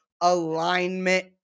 alignment